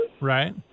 Right